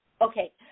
Okay